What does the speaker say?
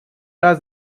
раз